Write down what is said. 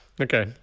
okay